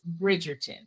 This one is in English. Bridgerton